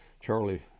Charlie